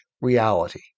reality